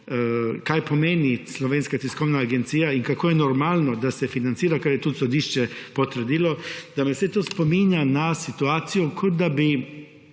kaj pomeni Slovenska tiskovna agencija in kako je normalno, da se financira, kar je tudi sodišče potrdilo, da me vse to spominja **49. TRAK: (NM) –